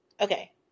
Okay